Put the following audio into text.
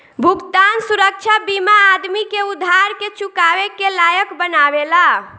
भुगतान सुरक्षा बीमा आदमी के उधार के चुकावे के लायक बनावेला